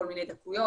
כל מיני דקויות,